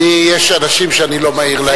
יש אנשים שאני לא מעיר להם.